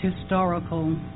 historical